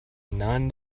none